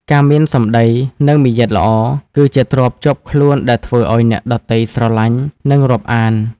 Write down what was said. ការមានសម្ដី និងមារយាទល្អ គឺជាទ្រព្យជាប់ខ្លួនដែលធ្វើឱ្យអ្នកដទៃស្រឡាញ់ និងរាប់អាន។